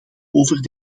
over